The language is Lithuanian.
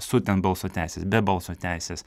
su ten balso teisės be balso teisės